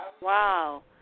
wow